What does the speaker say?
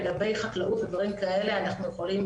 לגבי חקלאות ודברים כאלה אנחנו יכולים,